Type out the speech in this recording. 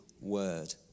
word